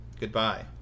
Goodbye